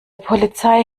polizei